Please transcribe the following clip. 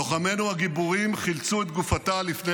לוחמינו הגיבורים חילצו את גופתה לפני